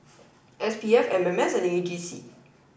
SPF MMS and AGC